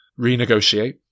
renegotiate